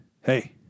hey